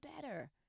better